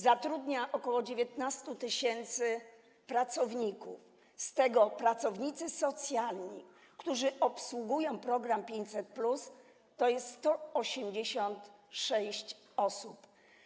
Zatrudnia ok. 19 tys. pracowników, z czego pracownicy socjalni, którzy obsługują program 500+, to 186 osób.